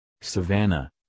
savannah